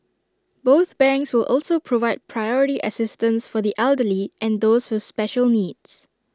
both banks will also provide priority assistance for the elderly and those with special needs